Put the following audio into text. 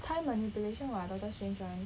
time manipulation [what] doctor strange [one]